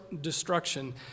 destruction